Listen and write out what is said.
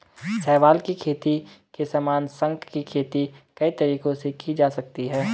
शैवाल की खेती के समान, शंख की खेती कई तरीकों से की जा सकती है